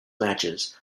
matches